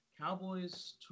Cowboys